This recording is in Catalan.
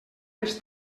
ens